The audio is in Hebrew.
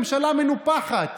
ממשלה מנופחת,